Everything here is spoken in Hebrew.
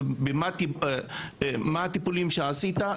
מה הטיפולים שעשית.